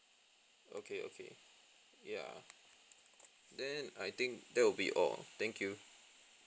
okay okay ya then I think that will be all thank you